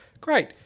Great